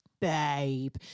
babe